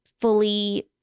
fully